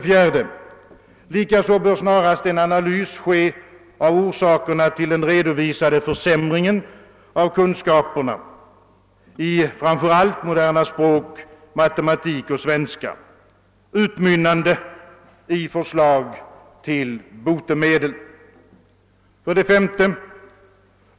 4, Likaså bör snarast en analys göras av orsakerna till den redovisade försämringen av kunskaperna i framför allt moderna språk, matematik och svenska, utmynnande i förslag till botemedel. 5.